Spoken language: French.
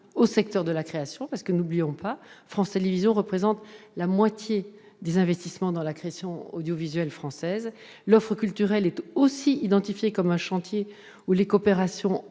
au secteur de la création. En effet, n'oublions pas que France Télévisions représente la moitié des investissements dans la création audiovisuelle française. L'offre culturelle est aussi identifiée comme un chantier où les coopérations